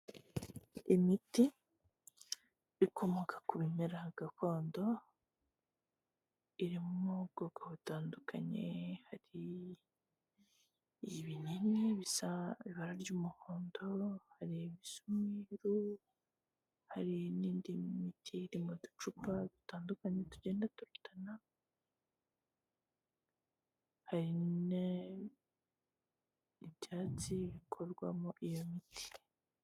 Imiti ikomoka ku bimera gakondo, iri mu bwoko butandukanye: Hari ibinini bisa ibara ry'umuhondo, hari ibisa ibisa umweru, n'indi miti iri mu ducupa dutandukanye tugenda durutana, hari n'ibyatsi bikorwamo iyo miti.